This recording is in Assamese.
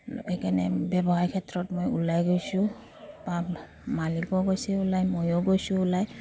সেইকাৰণে ব্যৱসাৰ ক্ষেত্ৰত মই ওলাই গৈছোঁ বা মালিকো গৈছে ওলাই মৈয়ো গৈছোঁ ওলায়